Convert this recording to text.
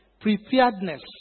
Preparedness